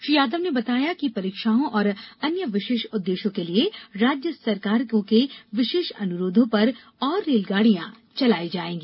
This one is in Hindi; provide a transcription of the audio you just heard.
श्री यादव ने बताया कि परीक्षाओं और अन्य विशेष उद्देश्यों के लिए राज्य सरकारों के विशेष अनुरोधों पर और रेलगाडियां चलाई जाएगी